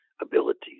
abilities